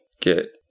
get